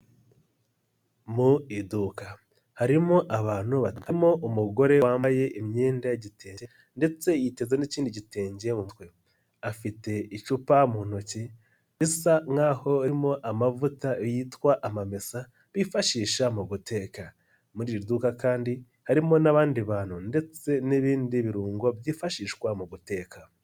Mu iduka harimo abantu barimo umugore wambaye imyenda y'igitenge ndetse yiteza n'ikindi gitenge mutwe, afite icupa mu ntoki bisa nk'aho harimo amavuta yitwa amamesa bifashisha mu guteka, muri iri duka kandi harimo n'abandi bantu ndetse n'ibindi birungo byifashishwa mu guteka.